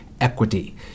equity